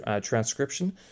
transcription